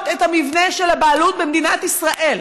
את המבנה של הבעלות במדינת ישראל,